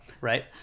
right